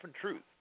truth